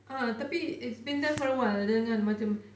uh tapi it's been there for awhile dengan macam